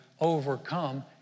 overcome